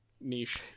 niche